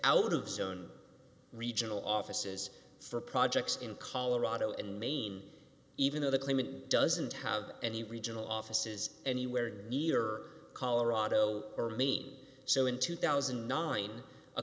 out of zone regional offices for projects in colorado and maine even though the claimant doesn't have any regional offices anywhere near colorado or mean so in two thousand and nine a